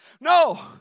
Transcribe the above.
No